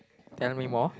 tell me more